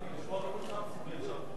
לשמוע רק אותך פה אפשר.